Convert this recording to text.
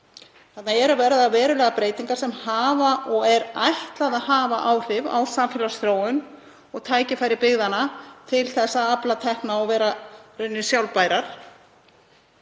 Þarna eru að verða verulegar breytingar sem er ætlað að hafa, og hafa áhrif á samfélagsþróun og tækifæri byggðanna til að afla tekna og vera í rauninni sjálfbærar.